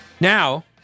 Now